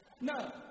No